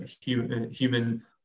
human